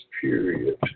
period